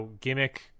gimmick